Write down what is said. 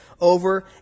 over